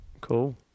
Cool